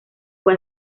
fue